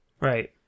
Right